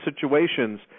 situations